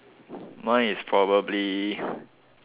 mine is probably